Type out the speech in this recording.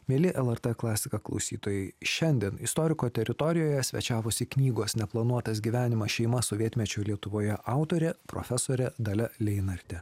mieli lrt klasika klausytojai šiandien istoriko teritorijoje svečiavosi knygos neplanuotas gyvenimas šeima sovietmečio lietuvoje autorė profesorė dalia leinartė